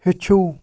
ہیٚچھوٗ